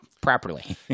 properly